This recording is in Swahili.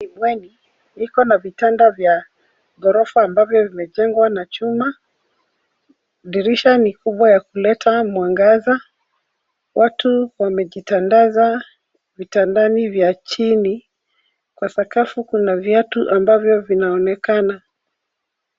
Ni bweni liko na vitanda vya ghorofa ambavyo vimejengwa na chuma. Dirisha ni kubwa ya kuleta mwangaza. Watu wamejitandaza vitandani vya chini. Kwa sakafu kuna viatu ambavyo vinaonekana.